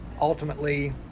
ultimately